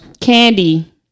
Candy